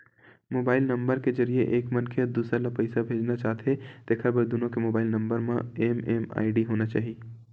mobile number के जरिए एक मनखे ह दूसर ल पइसा भेजना चाहथे तेखर बर दुनो के मोबईल नंबर म एम.एम.आई.डी होना चाही